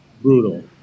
brutal